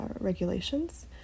regulations